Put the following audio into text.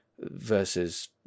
versus